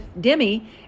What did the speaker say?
Demi